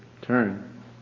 turn